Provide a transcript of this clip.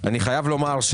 אני חייב לומר,